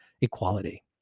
equality